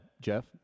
Jeff